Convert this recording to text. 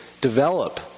develop